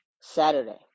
Saturday